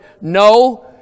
No